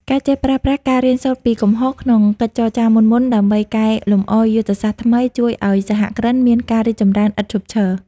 ការចេះប្រើប្រាស់ "ការរៀនសូត្រពីកំហុស" ក្នុងកិច្ចចរចាមុនៗ ដើម្បីកែលម្អយុទ្ធសាស្ត្រថ្មី ជួយឱ្យសហគ្រិនមានការរីកចម្រើនឥតឈប់ឈរ។